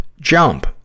jump